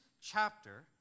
chapter